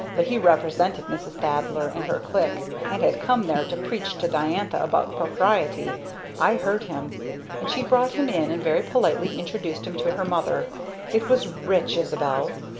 but he represented mrs. thaddler and her clique, and had come there to preach to diantha about propriety i heard him and she brought him in and very politely introduced him to her mother it was rich, isabel.